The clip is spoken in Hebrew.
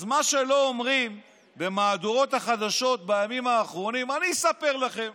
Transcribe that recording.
אז מה שלא אומרים במהדורות החדשות בימים האחרונים אני אספר לכם.